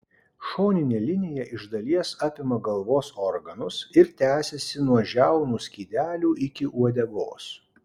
šoninė linija iš dalies apima galvos organus ir tęsiasi nuo žiaunų skydelių iki uodegos